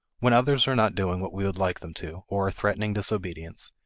when others are not doing what we would like them to or are threatening disobedience,